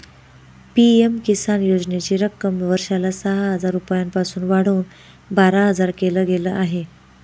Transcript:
PM Kisan योजनेची रक्कम वर्षाला सहा हजार रुपयांपासून वाढवून बारा हजार केल गेलं आहे